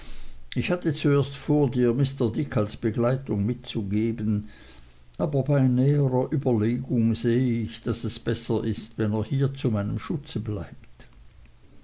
ich hatte zuerst vor dir mr dick als begleitung mitzugeben aber bei näherer überlegung sehe ich daß es besser ist wenn er hier zu meinem schutze bleibt